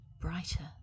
brighter